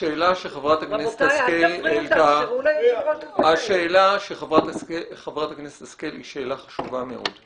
----- השאלה של חברת הכנסת השכל היא שאלה חשובה מאוד.